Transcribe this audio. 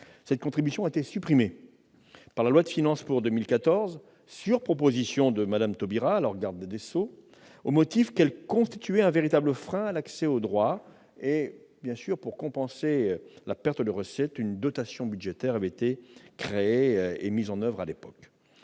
Fillon. Elle a été supprimée par la loi de finances pour 2014 sur proposition de Mme Taubira, alors garde des sceaux, au motif qu'elle constituait un véritable frein à l'accès au droit. Pour compenser la perte de recettes, une dotation budgétaire avait été créée. La présente